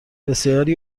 بسیاری